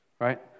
Right